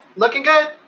looking good.